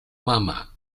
mama